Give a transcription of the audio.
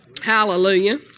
Hallelujah